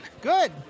Good